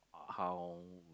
how